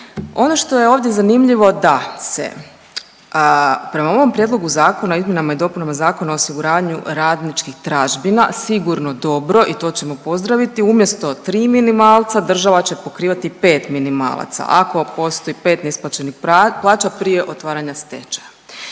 ono što je ovdje zanimljivo da se prema ovom Prijedlogu zakona o izmjenama i dopunama Zakona o osiguravanju radničkih tražbina sigurno dobro i to ćemo pozdraviti umjesto 3 minimalca država će pokrivati 5 minimalaca ako postoji 5 neisplaćenih plaća prije otvaranja stečaja.